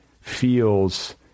feels